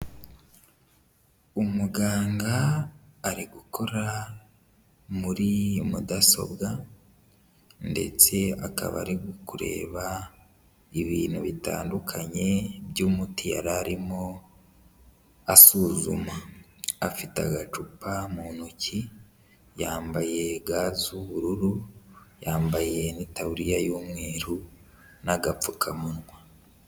Umuganga ari gukora muri mudasobwa ndetse akaba ari kureba ibintu bitandukanye by'umuti yararimo asuzuma, afite agacupa mu ntoki, yambaye ga z'ubururu, yambaye n'itaburiya y'umweru n'agapfukamunwa.